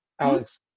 Alex